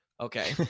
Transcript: Okay